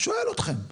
שואל אתכם.